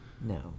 No